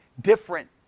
different